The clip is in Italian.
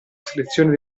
selezione